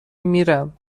میرم